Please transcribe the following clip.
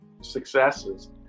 successes